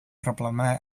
broblemau